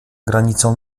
granicą